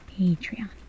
Patreon